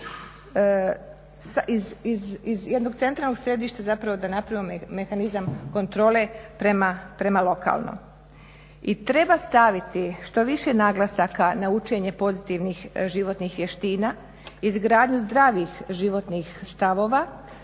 iz jednog centralnog središta da napravimo mehanizam kontrole prema lokalnom. I treba staviti što više naglasaka na učenje pozitivnih životnih vještina, izgradnju zdravih životnih stavova